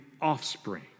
offspring